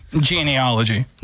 Genealogy